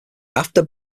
after